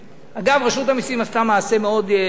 אגב, רשות המסים עשתה מעשה מאוד טוב,